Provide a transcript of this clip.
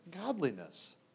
godliness